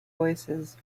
voices